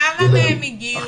כמה מהם הגיעו?